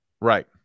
Right